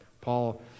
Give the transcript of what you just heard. Paul